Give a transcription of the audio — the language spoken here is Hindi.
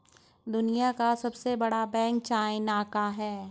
दुनिया का सबसे बड़ा बैंक चाइना का है